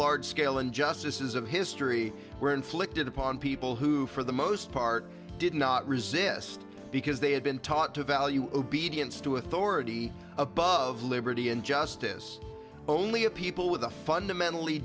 large scale injustices of history were inflicted upon people who for the most part did not resist because they had been taught to value obedience to authority above liberty and justice only a people with a fundamentally